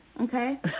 Okay